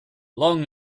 long